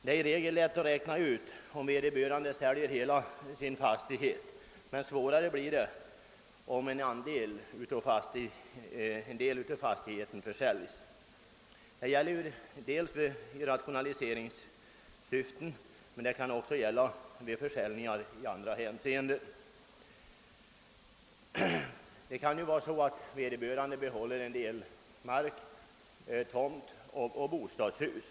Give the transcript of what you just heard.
Det är i regel lätt att räkna ut skatten om vederbörande säljer hela sin fastighet, men det blir svårare om endast en del av fastigheten försäljs. Sådan delförsäljning görs dels i rationaliseringssyfte, dels av andra anledningar. Det kan t.ex vara på det sättet att säljaren vill behålla en del tomtmark och bostadshus.